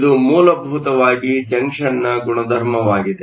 ಇದು ಮೂಲಭೂತವಾಗಿ ಜಂಕ್ಷನ್ನ ಗುಣಧರ್ಮವಾಗಿದೆ